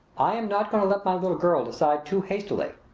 i am not going to let my little girl decide too hastily.